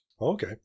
Okay